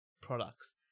products